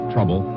Trouble